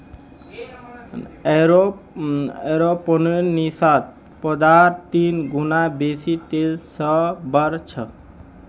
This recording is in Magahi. एरोपोनिक्सत पौधार तीन गुना बेसी तेजी स बढ़ छेक